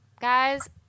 Guys